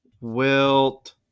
Wilt